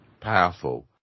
powerful